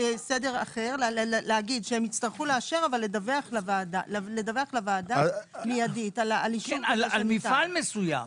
אפשר לומר שיצטרכו לאשר אבל לדווח לוועדה מיידית על אישור שניתן.